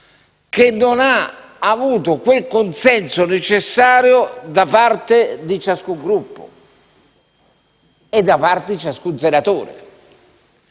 perché non ha avuto il consenso necessario da parte di ciascun Gruppo e di ciascun senatore.